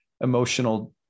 emotional